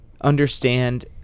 understand